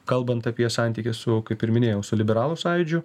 kalbant apie santykį su kaip ir minėjau su liberalų sąjūdžiu